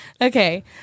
Okay